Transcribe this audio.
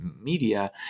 media